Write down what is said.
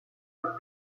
des